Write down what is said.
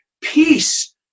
Peace